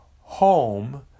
home